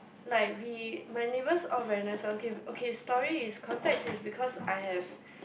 like we my neighbours all very nice one okay okay story is contact is because I have